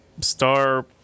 star